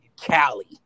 Cali